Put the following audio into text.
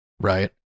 right